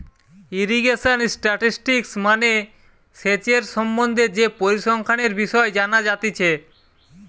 irrigation statistics মানে সেচের সম্বন্ধে যে পরিসংখ্যানের বিষয় জানা যাতিছে